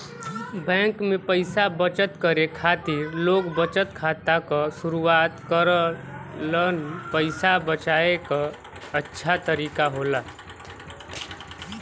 bank में पइसा बचत करे खातिर लोग बचत खाता क शुरआत करलन पइसा बचाये क अच्छा तरीका होला